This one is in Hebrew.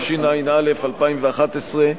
התשע"א 2011,